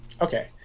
Okay